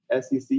SEC